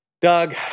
Doug